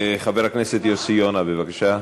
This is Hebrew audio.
חבר הכנסת יוסי יונה, בבקשה,